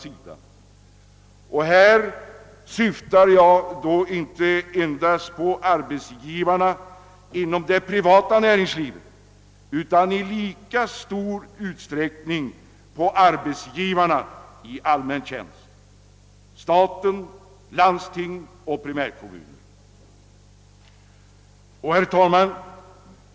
Jag syftar då inte bara på arbetsgivarna i det privata näringslivet utan lika mycket på arbetsgivarna i allmän tjänst, hos staten, landstingen och primärkommunerna. Herr talman!